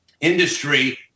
Industry